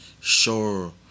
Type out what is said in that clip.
Sure